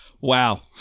Wow